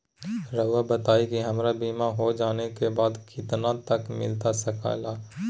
रहुआ बताइए कि हमारा बीमा हो जाने के बाद कितना तक मिलता सके ला?